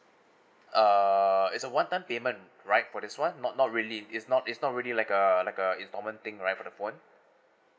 uh it's a one time payment right for this one not not really it's not it's not really like a like a in common thing right the phone